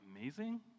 amazing